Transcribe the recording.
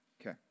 okay